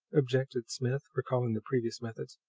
objected smith, recalling the previous methods,